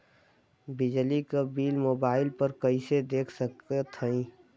बिजली क bill mobile पर कईसे देख सकत हई?